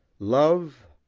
love,